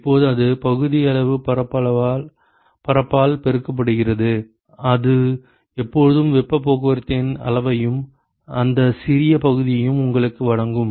இப்போது அது பகுதியளவு பரப்பளவால் பெருக்கப்படுகிறது அது எப்போதும் வெப்பப் போக்குவரத்தின் அளவையும் அந்த சிறிய பகுதியையும் உங்களுக்கு வழங்கும்